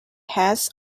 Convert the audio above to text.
hands